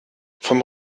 vom